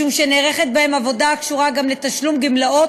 משום שנערכת בהם עבודה הקשורה גם לתשלום גמלאות